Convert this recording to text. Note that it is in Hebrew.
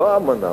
לא האמנה.